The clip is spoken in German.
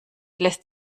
lässt